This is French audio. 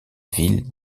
ville